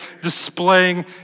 displaying